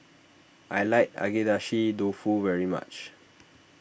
I like Agedashi Dofu very much